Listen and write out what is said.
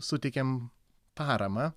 suteikiam paramą